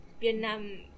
Vietnam